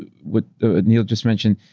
what neil just mentioned,